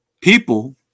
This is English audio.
people